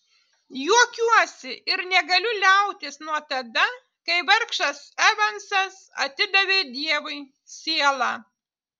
juokiuosi ir negaliu liautis nuo tada kai vargšas evansas atidavė dievui sielą